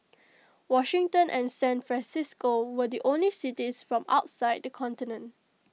Washington and San Francisco were the only cities from outside the continent